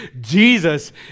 Jesus